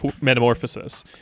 metamorphosis